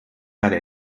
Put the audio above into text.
seine